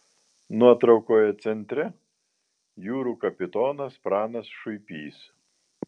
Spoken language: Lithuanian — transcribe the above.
nuotraukoje centre jūrų kapitonas pranas šuipys